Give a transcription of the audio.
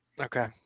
okay